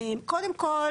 קודם כל,